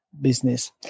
business